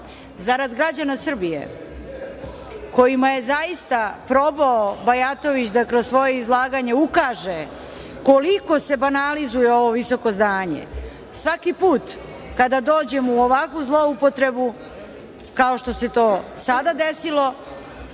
zarad građana Srbije kojima je zaista probao Bajatović da kroz svoje izlaganje ukaže koliko se banalizuje ovo visoko zdanje, svaki put kada dođemo u ovakvu zloupotrebu, kao što se to sada desilo,